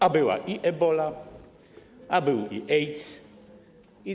A była i Ebola, a był i AIDS.